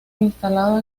instalado